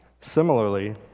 Similarly